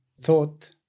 thought